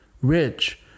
Rich